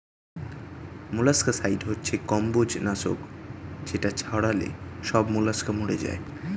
molluscicide হচ্ছে কম্বোজ নাশক যেটা ছড়ালে সব মোলাস্কা মরে যায়